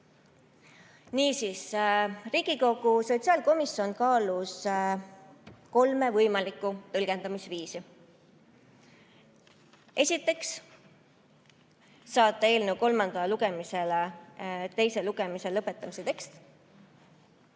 Niisiis, Riigikogu sotsiaalkomisjon kaalus kolme võimalikku tõlgendamisviisi. Esiteks, saata eelnõu kolmandale lugemisele teise lugemise lõpetamise tekst.